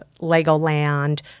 Legoland